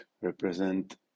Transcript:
represent